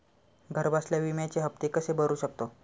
घरबसल्या विम्याचे हफ्ते कसे भरू शकतो?